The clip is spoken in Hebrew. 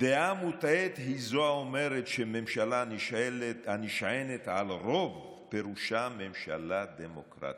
"דעה מוטעית היא זו האומרת שממשלה הנשענת על רוב פירושה ממשלה דמוקרטית,